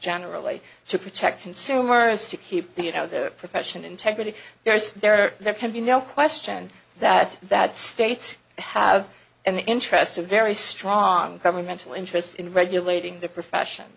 generally to protect consumers to keep you know their profession integrity there's there there can be no question that that states have an interest a very strong governmental interest in regulating the profession